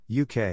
UK